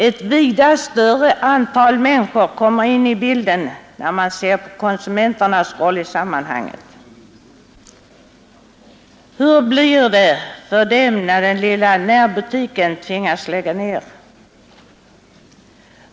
Ett vida större antal människor kommer in i bilden, om vi ser på konsumenternas roll i sammanhanget. Hur blir det för dem, när den lilla närbutiken tvingas lägga ned?